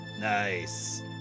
Nice